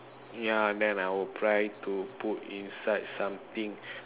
yeah then I would try to put inside something